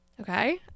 okay